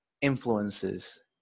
influences